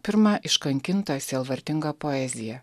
pirma iškankinta sielvartinga poezija